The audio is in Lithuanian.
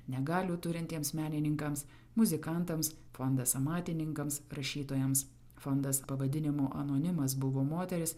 negalių turintiems menininkams muzikantams fondas amatininkams rašytojams fondas pavadinimu anonimas buvo moteris